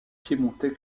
piémontais